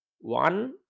One